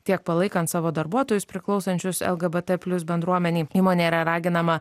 tiek palaikant savo darbuotojus priklausančius lgbt plius bendruomenei įmonė yra raginama